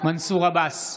מנסור עבאס,